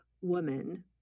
woman